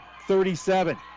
37